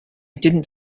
didn’t